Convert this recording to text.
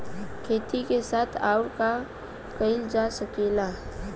खेती के साथ अउर का कइल जा सकेला?